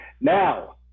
now